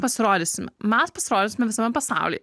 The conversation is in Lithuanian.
pasirodysi mes pasirodysim visame pasaulyje